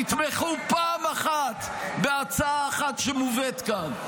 תתמכו פעם אחת בהצעה אחת שמובאת כאן.